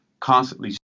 constantly